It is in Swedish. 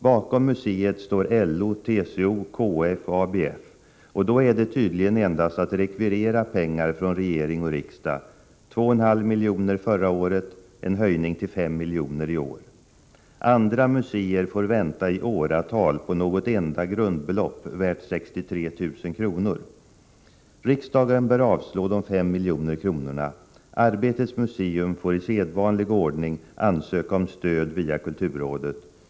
Bakom museet står LO, TCO, KF och ABF, och då är det tydligen endast att rekvirera pengar från regering och riksdag — 2,5 miljoner förra året, och en höjning till 5 miljoner i år. Andra museer får vänta i åratal på något enda grundbelopp värt 63 000 kr. Riksdagen bör avslå kravet på de 5 miljonerna. Arbetets museum får i sedvanlig ordning ansöka om stöd via kulturrådet.